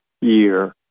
year